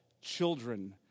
children